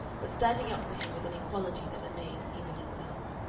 but standing up to him with an equality that amazed even herself,